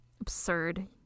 Absurd